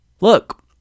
Look